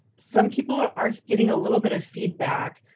some people are are getting a little bit of feedback.